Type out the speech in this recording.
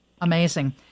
Amazing